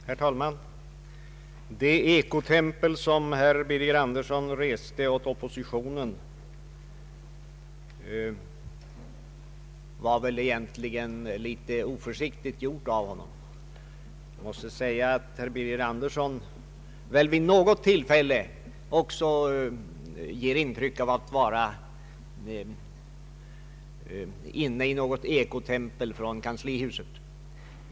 Herr talman! Det ”ekotempel” som herr Birger Andersson reste åt oppositionen var väl egentligen en oförsiktighet av honom. Jag måste säga att herr Birger Andersson för sin del ger intryck av att vara inne i något ekotempel i kanslihusets närhet.